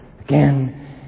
Again